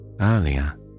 Earlier